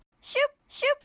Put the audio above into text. Shoop-shoop